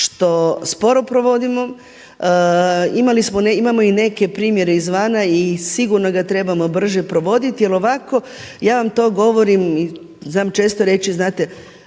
što sporo provodimo. Imali smo i neke, imamo i neke primjere izvana i sigurno ga trebamo brže provoditi jer ovako, ja vam to govorim i znam često reći, znate,